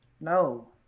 No